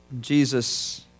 Jesus